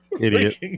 idiot